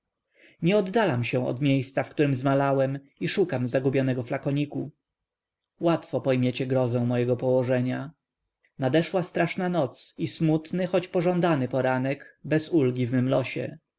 nie oddalam się od miejsca w którem zmalałem i szukam zgubionego flakonu łatwo pojmiecie grozę mojego położenia nadeszła straszna noc i smutny choć pożądany poranek bez ulgi w mym losie